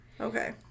Okay